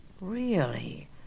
Really